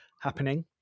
happening